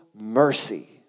mercy